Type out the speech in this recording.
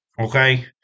okay